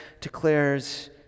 declares